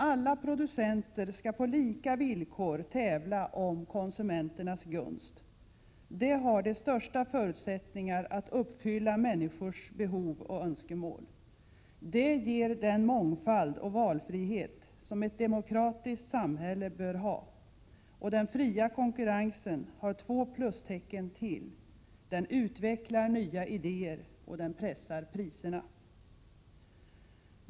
Alla producenter skall på lika villkor tävla om konsumenternas gunst. Det innebär de största förutsättningarna att uppfylla människors behov och önskemål. Det ger den mångfald och valfrihet som ett demokratiskt samhälle bör ha. Och den fria konkurrensen har två plustecken till: den utvecklar nya idéer och den pressar priserna.